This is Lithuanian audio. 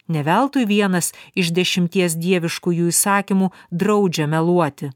ne veltui vienas iš dešimties dieviškųjų įsakymų draudžia meluoti